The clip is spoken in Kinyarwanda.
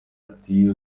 ati